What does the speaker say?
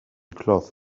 cloth